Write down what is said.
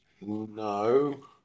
no